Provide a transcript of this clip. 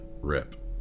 rip